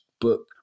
book